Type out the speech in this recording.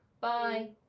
Bye